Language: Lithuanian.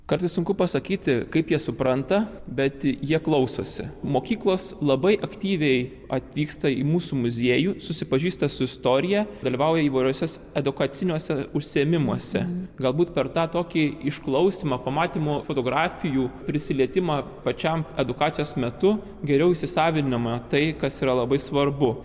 kartais sunku pasakyti kaip jie supranta bet jie klausosi mokyklos labai aktyviai atvyksta į mūsų muziejų susipažįsta su istorija dalyvauja įvairiuose edukaciniuose užsiėmimuose galbūt per tą tokį išklausymą pamatymo fotografijų prisilietimą pačiam edukacijos metu geriau įsisavinama tai kas yra labai svarbu